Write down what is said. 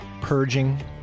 purging